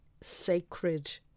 sacred